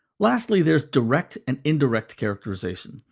lastly, there's direct and indirect characterization.